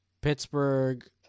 Pittsburgh